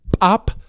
up